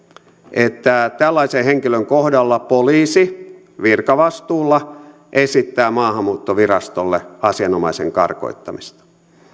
että tällaisen henkilön kohdalla poliisi virkavastuulla esittää maahanmuuttovirastolle asianomaisen karkottamista